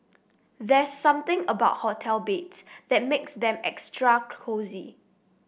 there's something about hotel beds that makes them extra cosy